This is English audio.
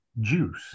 juice